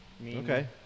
Okay